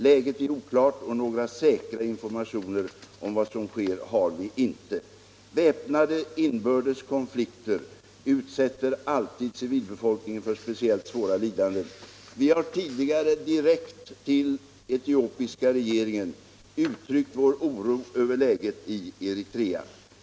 Läget är oklart, och några säkra informationer om vad som sker har vi inte. Väpnade inbördes konflikter utsätter alltid civilbefolkningen för speciellt svåra lidanden. Vi har tidigare direkt till etiopiska regeringen uttryckt vår oro över läget i Eritrea.